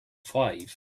five